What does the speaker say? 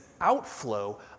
outflow